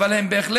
אבל הם בהחלט